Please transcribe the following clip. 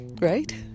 Right